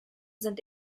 sind